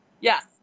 Yes